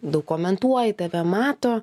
daug komentuoji tave mato